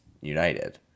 United